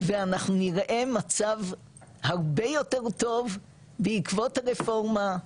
ואנחנו נראה מצב הרבה יותר טוב בעקבות הרפורמה,